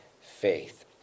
faith